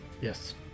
Yes